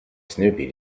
snoopy